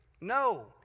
No